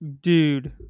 dude